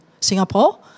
Singapore